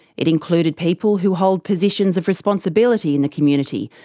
it included people who hold positions of responsibility in the community,